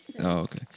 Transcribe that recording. okay